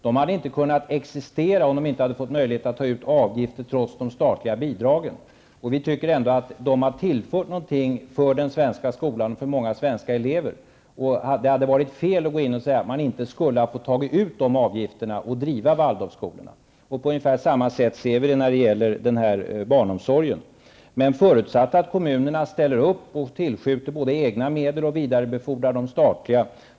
De hade inte kunnat existera om de inte hade fått ta ut avgifter trots de statliga bidragen. Vi tycker att de har tillfört någonting till den svenska skolan och för många svenska elever. Det hade varit fel att gå in och säga att de inte får ta ut dessa avgifter och driva Vi ser saken på ungefär samma sätt när det gäller barnomsorgen, förutsatt att kommunerna ställer upp och tillskjuter egna medel och vidarebefordrar de statliga.